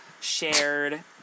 shared